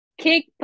Kick